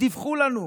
הם דיווחו לנו.